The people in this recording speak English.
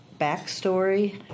backstory